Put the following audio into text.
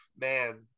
man